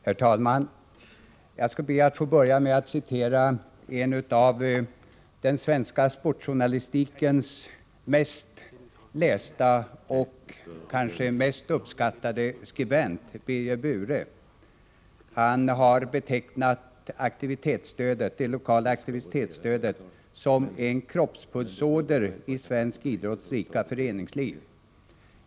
Herr talman! Jag skall be att få börja med att citera en av den svenska sportjournalistikens mest lästa och kanske mest uppskattade skribenter — Birger Bure. Han har betecknat det lokala aktivitetsstödet som ”en kroppspulsåder i svensk idrotts rika föreningsliv”.